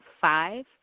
five